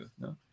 no